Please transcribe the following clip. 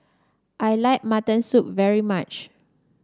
I like Mutton Soup very much